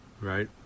right